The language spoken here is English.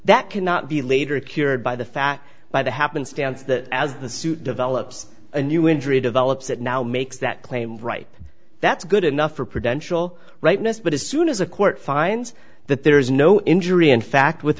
that cannot be later cured by the fact by the happenstance that as the suit develops a new injury develops it now makes that claim right that's good enough for prevention will rightness but as soon as a court finds that there is no injury in fact with